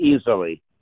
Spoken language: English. easily